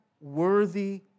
worthy